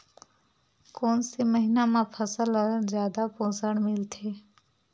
कोन से महीना म फसल ल जादा पोषण मिलथे?